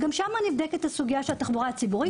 וגם שם נבדקת הסוגיה של התחבורה הציבורית.